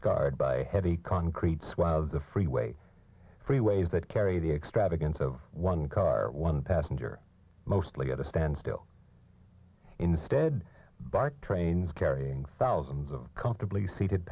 scarred by a heavy concrete swath of the freeway freeways that carry the extravagance of one car one passenger mostly at a standstill instead bike trains carrying thousands of comfortably seated